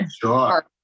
Sure